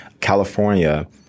California